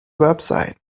website